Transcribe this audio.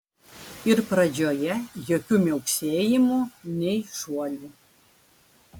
ir pradžioje jokių miauksėjimų nei šuolių